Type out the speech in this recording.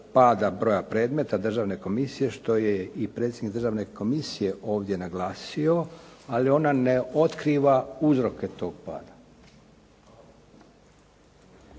broja predmeta državne komisije što je i predsjednik državne komisije ovdje naglasio, ali ona ne otkriva uzroke toga pada